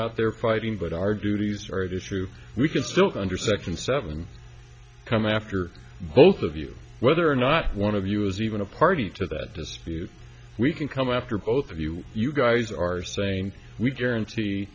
out there fighting but our duties are at issue we can still to under section seven come after both of you whether or not one of you is even a party to that dispute we can come after both of you you guys are saying we guarantee